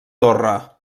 torre